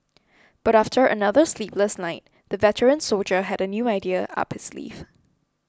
but after another sleepless night the veteran soldier had a new idea up his sleeve